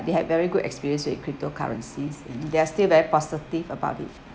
they had very good experience with crypto currencies and they're still very positive about it